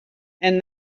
and